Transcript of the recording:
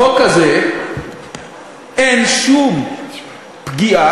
בחוק הזה אין שום פגיעה,